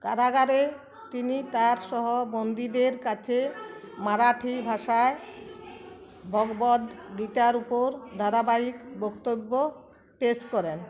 কারাগারে তিনি তার সহ বন্দীদের কাছে মারাঠি ভাষায় ভগবদ গীতার উপর ধারাবাহিক বক্তব্য পেশ করেন